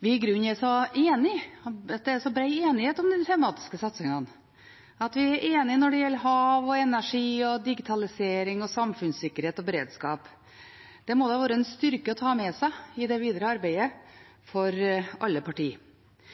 vi i grunnen er så enige, og at det er så bred enighet om de tematiske satsingene, at vi er enige når det gjelder hav, energi, digitalisering og samfunnssikkerhet og beredskap. Det må jo være en styrke å ta med seg i det videre arbeidet for alle